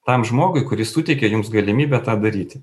tam žmogui kuris suteikė jums galimybę tą daryti